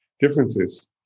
differences